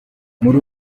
muri